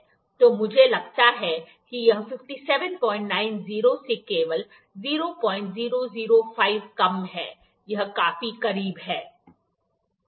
तो मुझे लगता है कि यह 5790 से केवल 0005 कम है यह काफी करीब है